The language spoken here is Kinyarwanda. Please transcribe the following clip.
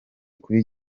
kuri